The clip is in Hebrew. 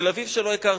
תל-אביב שלא הכרתי.